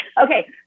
Okay